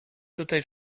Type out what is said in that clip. tutaj